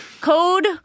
code